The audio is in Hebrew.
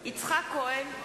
יצחק כהן,